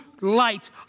light